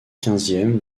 quinzième